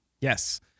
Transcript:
Yes